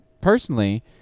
Personally